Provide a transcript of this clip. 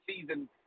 season